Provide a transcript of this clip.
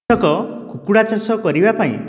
ଏକ କୁକୁଡ଼ା ଚାଷ କରିବାପାଇଁ